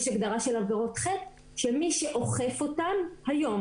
יש הגדרה של עבירות חטא ומי שאוכף אותן היום